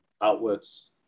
outlets